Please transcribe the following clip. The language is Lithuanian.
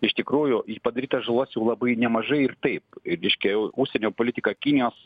iš tikrųjų padaryta žalos jau labai nemažai ir taip reiškia užsienio politika kinijos